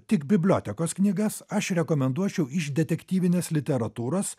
tik bibliotekos knygas aš rekomenduočiau iš detektyvinės literatūros